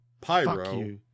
pyro